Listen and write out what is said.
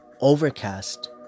Overcast